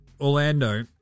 Orlando